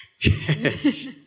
Yes